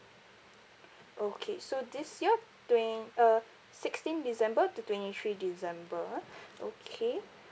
okay so this year twen~ uh sixteen december to twenty three december ah okay